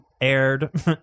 aired